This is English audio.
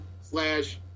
slash